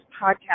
podcast